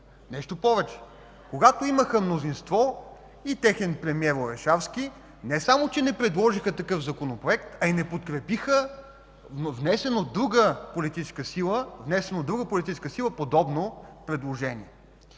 Нещо повече, когато имаха мнозинство и техен премиер Орешарски, не само че не предложиха такъв законопроект, но и не подкрепиха внесено от друга политическа сила подобно предложение.